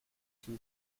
too